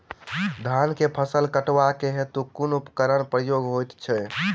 धान केँ फसल कटवा केँ हेतु कुन उपकरणक प्रयोग होइत अछि?